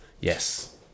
Yes